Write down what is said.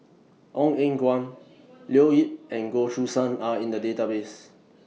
Ong Eng Guan Leo Yip and Goh Choo San Are in The Database